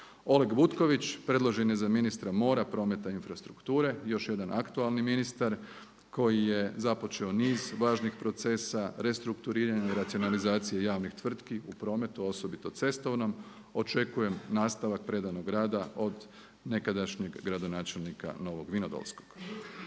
Oleg Butković predložen je za ministra mora, prometa i infrastrukture. Još jedan aktualni ministar koji je započeo niz važnih procesa restrukturiranja i racionalizacije javnih tvrtki u prometu a osobito cestovnom. Očekujem nastavak predanog rada od nekadašnjeg gradonačelnika Novog Vinodolskog.